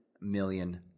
million